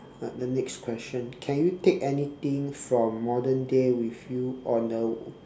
uh the next question can you take anything from modern day with you on a